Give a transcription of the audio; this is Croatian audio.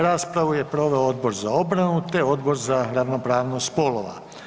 Raspravu je proveo Odbor za obranu, te Odbor za ravnopravnost spolova.